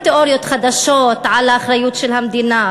בתיאוריות חדשות על האחריות של המדינה,